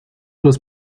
los